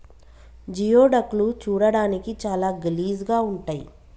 geoduck లు చూడడానికి చాలా గలీజ్ గా ఉంటయ్